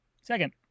Second